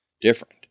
different